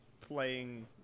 playing